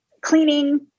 cleaning